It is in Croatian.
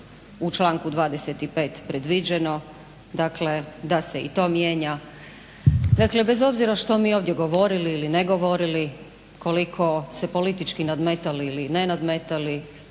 u članku 25. Predviđeno dakle da se i to mijenja. Dakle bez obzira što mi ovdje govorili ili ne govorili koliko se politički nadmetali ili ne nadmetali